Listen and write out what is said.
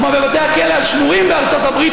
כמו בבתי הכלא השמורים בארצות הברית,